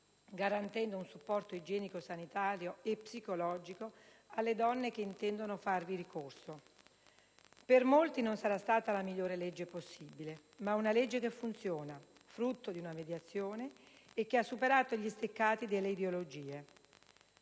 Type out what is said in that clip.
garantendo un supporto igienico-sanitario e psicologico alle donne che intendono farvi ricorso. Per molti non sarà stata la migliore legge possibile, ma è una legge che funziona, frutto di una mediazione, e che ha superato gli steccati delle ideologie.